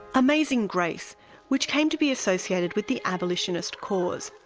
amazing grace which came to be associated with the abolitionist cause.